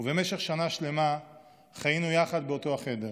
ובמשך שנה שלמה חיינו יחד באותו החדר.